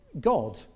God